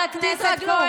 התרגלתם לשלוט.